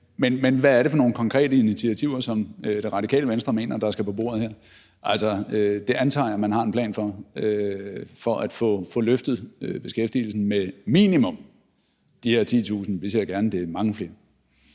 Men hvad er det for nogle konkrete initiativer, som Radikale Venstre mener der her skal på bordet? Altså, det antager jeg at man har en plan for for at få løftet beskæftigelsen med minimum de her 10.000. Vi ser gerne, at det er mange flere.